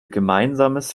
gemeinsames